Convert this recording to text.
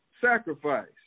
sacrifice